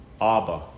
Abba